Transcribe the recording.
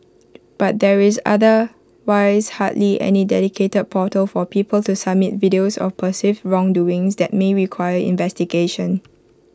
but there is otherwise hardly any dedicated portal for people to submit videos of perceived wrongdoing that may require investigation